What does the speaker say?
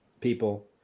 people